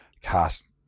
cast